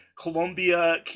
Colombia